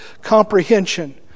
comprehension